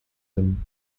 them